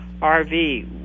RV